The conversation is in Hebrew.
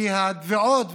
כי התביעות,